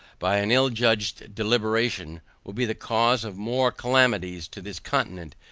by an ill-judged deliberation, will be the cause of more calamities to this continent,